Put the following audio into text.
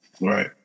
Right